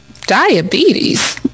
diabetes